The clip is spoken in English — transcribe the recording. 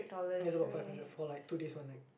I guess about five hundred for like two days one night